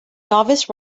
novice